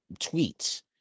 tweets